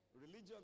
Religion